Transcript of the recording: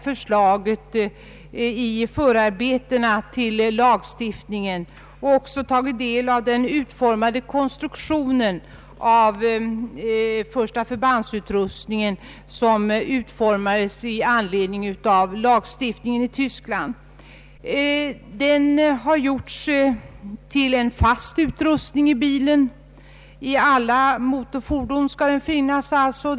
förslaget i förarbetena till lagstiftningen och även konstruktionen av den utrustning som utformats i anledning av lagstiftningen i Västtyskland. Den har gjorts till fast utrustning i bilen och skall alltså finnas i alla motorfordon.